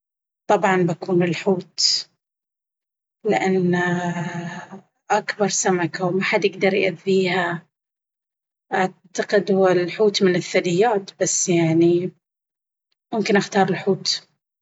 طبعا بكون الحوت لأن أكبر سمكة ومحد يقدر يأذيها أعتقد هو الحوت من الثديات بس يعني ممكن أختار الحوت.